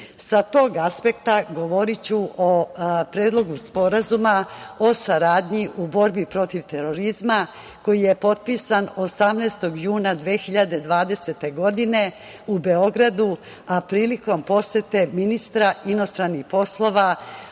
Sa tog aspekta govoriću o Predlogu sporazuma o saradnji u borbi protiv terorizma, koji je potpisan 18. juna 2020. godine u Beogradu, a prilikom posete ministra inostranih poslova